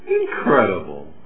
Incredible